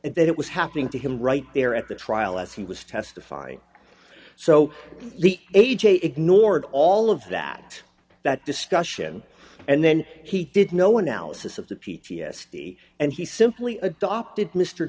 and that it was happening to him right there at the trial as he was testifying so the a j ignored all of that that discussion and then he did no analysis of the p t s d and he simply adopted mr